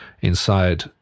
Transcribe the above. inside